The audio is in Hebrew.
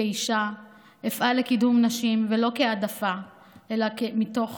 כאישה אפעל לקידום נשים, לא כהעדפה אלא מתוך